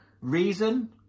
reason